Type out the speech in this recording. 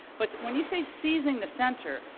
but when you say seizing the center,